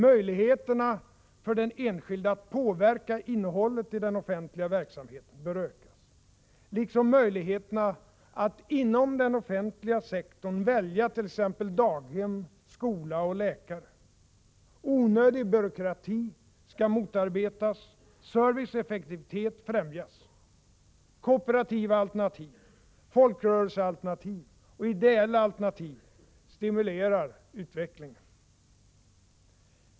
Möjligheterna för den enskilde att påverka innehållet i den offentliga verksamheten bör ökas, liksom möjligheterna att inom den offentliga sektorn välja t.ex. daghem, skola och läkare. Onödig byråkrati skall motarbetas, service och effektivitet främjas. Kooperativa alternativ, folkrörelsealternativ och ideella alternativ stimulerar utvecklingen.